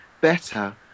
better